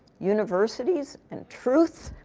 universities and truth,